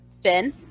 Finn